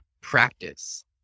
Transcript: practice